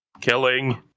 killing